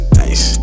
nice